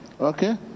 Okay